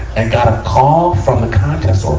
and got a call from the contest